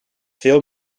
veel